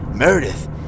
Meredith